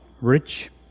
rich